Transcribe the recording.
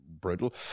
brutal